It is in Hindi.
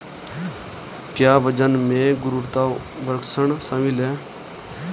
क्या वजन में गुरुत्वाकर्षण शामिल है?